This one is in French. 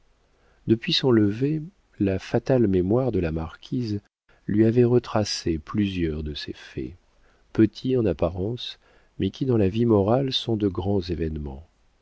depuis son lever la fatale mémoire de la marquise lui avait retracé plusieurs de ces faits petits en apparence mais qui dans la vie morale sont de grands événements